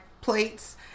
plates